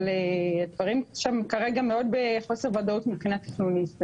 אבל הדברים שם כרגע מאוד בחוסר ודאות מבחינה תכנונית.